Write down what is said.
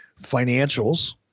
financials